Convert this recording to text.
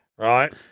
Right